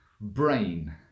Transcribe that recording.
brain